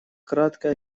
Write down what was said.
краткое